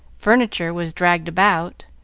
furniture was dragged about,